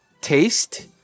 taste